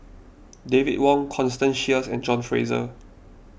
David Wong Constance Sheares and John Fraser